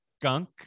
gunk